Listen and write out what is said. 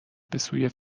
بسوی